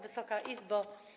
Wysoka Izbo!